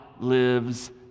lives